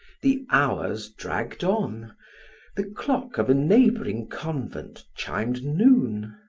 the hours dragged on the clock of a neighboring convent chimed noon.